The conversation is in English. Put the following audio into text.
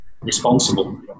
responsible